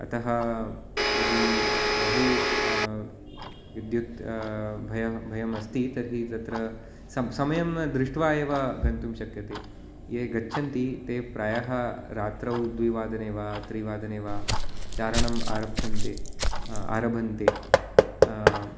अतः यदि बहु विद्युत् भयं भयम् अस्ति तर्हि तत्र सं समयं दृष्ट्वा एव गतुं शक्यते ये गच्छन्ति ते प्रायः रात्रौ द्विवादने वा त्रिवादने वा चारणं आरभ्यन्ते आरभन्ते